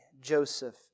Joseph